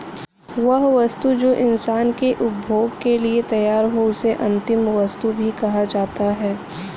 वह वस्तु जो इंसान के उपभोग के लिए तैयार हो उसे अंतिम वस्तु भी कहा जाता है